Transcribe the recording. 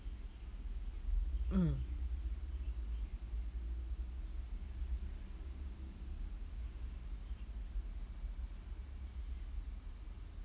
mm